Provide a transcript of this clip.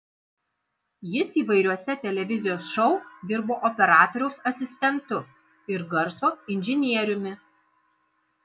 jis įvairiuose televizijos šou dirbo operatoriaus asistentu ir garso inžinieriumi